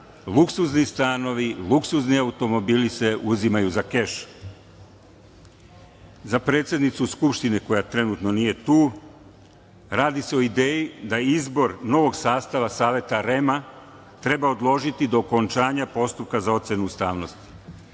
luksuzni stanovi, luksuzni automobili se uzimaju za keš.Za predsednicu Skupštine koja trenutno nije tu, radi se o ideji da izbor novog sastava Saveta REM-a treba odložiti do okončanja postupka za ocenu ustavnosti.